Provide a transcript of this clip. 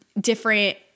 different